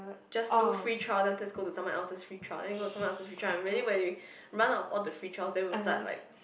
just do free trail then afterwards go to someone else free trail and go to someone else free trail and really when we run out of all the free trails then we'll start like